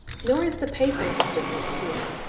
nor is the pathos of dickens human.